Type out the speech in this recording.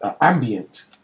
Ambient